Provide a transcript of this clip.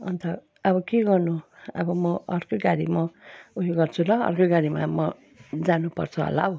अन्त अब के गर्नु अब म अर्कै गाडी म उयो गर्छु ल अर्कै गाडीमा म जानु पर्छ होला हौ